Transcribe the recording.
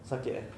sakit ah